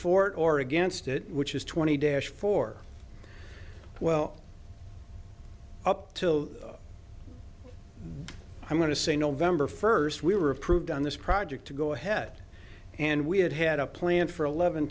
it or against it which is twenty dash for well up till i'm going to say november first we were approved on this project to go ahead and we had had a plan for eleven